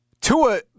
Tua